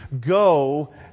go